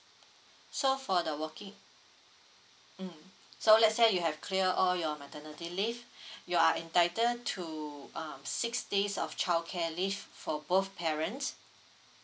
so for the working mm so let's say you have clear all your maternity leave you are entitled to uh six days of childcare leave for both parents